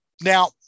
Now